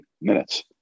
minutes